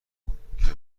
کن، که